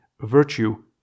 virtue